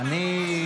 אני,